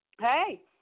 hey